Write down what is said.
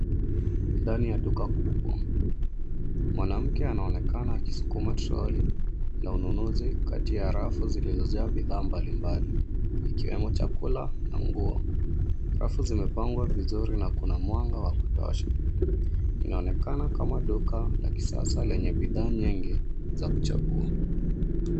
Ndani ya duka kubwa, mwanamke anaonekana akisukuma trolley la ununuzi kati ya rafu zilizojaa bidhaa mbalimbali ikiwemo chakula na nguo. Rafu zimepangwa vizuri na kuna mwanga wa kutosha. Inaonekana kama duka la kisasa lenye bidhaa nyingi za kuchagua.